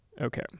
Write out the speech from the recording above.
Okay